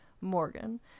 Morgan